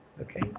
okay